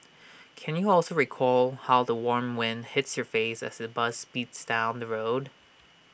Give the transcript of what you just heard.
can you also recall how the warm wind hits your face as the bus speeds down the road